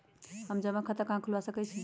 हम जमा खाता कहां खुलवा सकई छी?